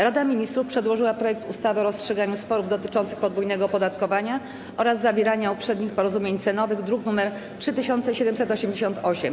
Rada Ministrów przedłożyła projekt ustawy o rozstrzyganiu sporów dotyczących podwójnego opodatkowania oraz zawieraniu uprzednich porozumień cenowych, druk nr 3788.